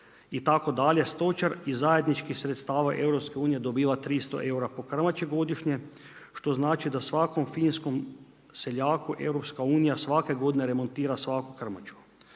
itd., stočari iz zajedničkih sredstava EU-a dobiva 300 eura po krmači godišnje što znači da finskom seljaku EU svake godine remontira svaku krmaču.